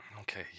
Okay